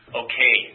okay